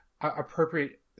appropriate